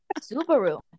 Subaru